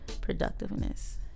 Productiveness